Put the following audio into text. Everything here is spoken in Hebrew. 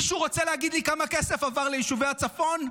מישהו רוצה להגיד לי כמה כסף עבר ליישובי הצפון?